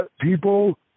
people